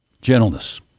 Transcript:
Gentleness